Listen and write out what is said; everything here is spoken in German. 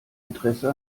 interesse